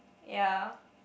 ya